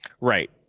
Right